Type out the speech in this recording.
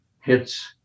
hits